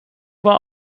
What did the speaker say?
war